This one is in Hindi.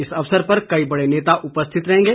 इस अवसर पर कई बड़े नेता उपस्थित रहेंगे